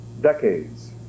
decades